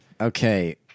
Okay